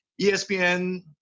espn